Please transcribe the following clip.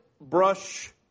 brush